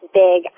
big